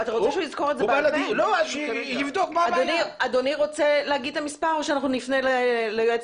אז שיגיד לי שאין לו.